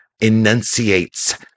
enunciates